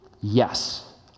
Yes